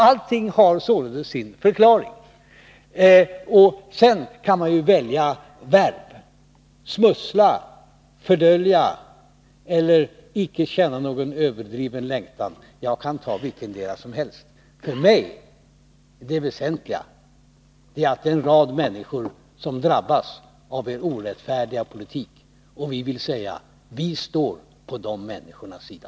Allt har således sin förklaring. Sedan kan man välja verb: smussla, fördölja eller icke känna någon överdriven längtan. Jag kan ta vilket verb eller vilket uttryck som helst. För mig är det väsentliga att en rad människor drabbas av er orättfärdiga politik. Vi står på de människornas sida.